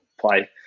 play